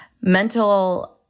Mental